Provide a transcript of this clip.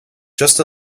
just